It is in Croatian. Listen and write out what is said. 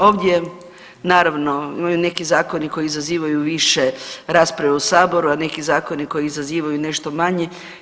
Ovdje naravno imaju neki zakoni koji izazivaju više rasprave u Saboru, a neki zakoni koji izazivaju nešto manje.